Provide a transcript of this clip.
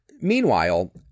meanwhile